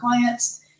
clients